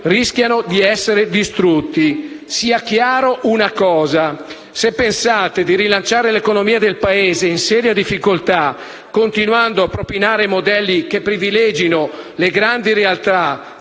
rischiano di essere distrutti. Sia chiara una cosa: se pensate di rilanciare l'economia del Paese, in seria difficoltà, continuando a propinare modelli che privilegino le grandi realtà,